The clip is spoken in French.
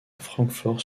francfort